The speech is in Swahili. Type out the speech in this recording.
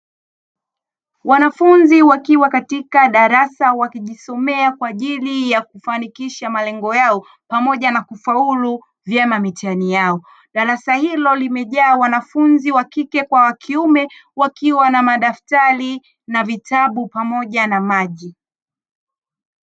Wanafunzi wakiwa katika darasa wakijisomea kwa ajili ya kufanikisha malengo yao, pamoja na kufaulu vyema mitihani yao. Darasa hilo limejaa wanafunzi wa kike kwa wa kiume wakiwa na madaftari na vitabu pamoja na maji.